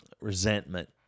resentment